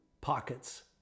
pockets